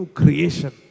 creation